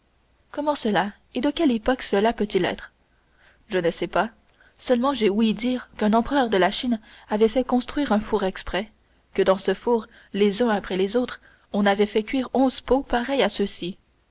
comment cela et de quelle époque cela peut-il être je ne sais pas seulement j'ai ouï dire qu'un empereur de la chine avait fait construire un four exprès que dans ce four les uns après les autres on avait fait cuire douze pots pareils à ceux-ci